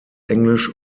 englisch